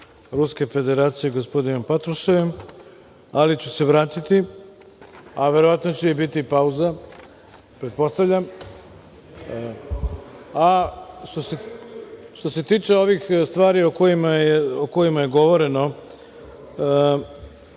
Ruske Federacije, gospodinom Patrušev, ali ću se vratiti, a verovatno će i biti pauza, pretpostavljam. Što se tiče ovih stvari o kojima je govoreno,